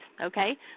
okay